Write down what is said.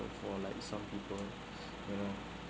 for like some people you know